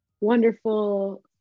wonderful